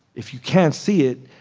if you can't see it,